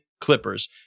Clippers